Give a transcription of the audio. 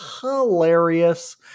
hilarious